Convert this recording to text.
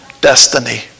destiny